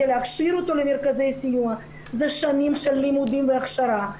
להכשיר אותו למרכזי סיוע זה שנים של לימודים והכשרה.